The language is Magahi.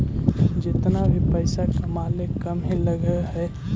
जेतना भी पइसा कमाले कम ही लग हई